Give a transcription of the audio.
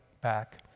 back